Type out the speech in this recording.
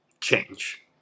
change